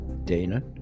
dana